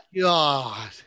God